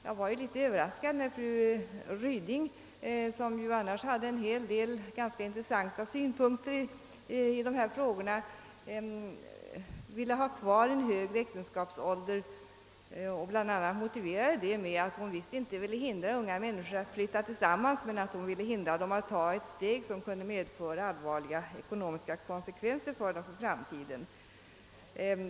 Jag blev litet överraskad när fru Ryding, som ju annars hade en hel del intressanta synpunkter i dessa frågor, ville ha kvar en högre äktenskapsålder och bl.a. motiverade detta med att hon visst inte ville hindra unga människor från att flytta tillsammans med att hon ville förebygga att de tog ett steg som kunde medföra allvarliga ekonomiska konsekvenser för dem i framtiden.